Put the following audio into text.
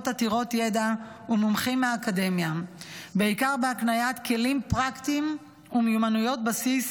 עתירות ידע ומומחים מהאקדמיה בעיקר בהקניית כלים פרקטיים ומיומנויות בסיס